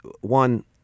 One